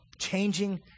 Changing